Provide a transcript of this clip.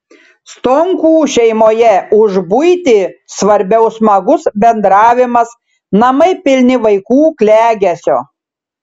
stonkų šeimoje už buitį svarbiau smagus bendravimas namai pilni vaikų klegesio